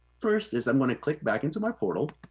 first is, i'm going to click back into my portal.